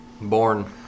Born